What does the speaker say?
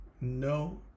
no